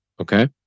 Okay